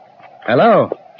Hello